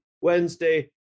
Wednesday